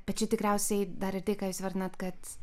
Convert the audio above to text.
bet čia tikriausiai dar tai ką jūs įvardinat kad